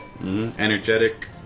energetic